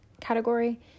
category